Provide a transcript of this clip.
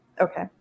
Okay